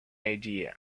idea